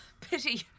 Pity